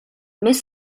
mes